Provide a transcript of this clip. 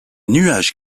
nuages